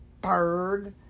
Berg